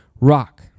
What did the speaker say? rock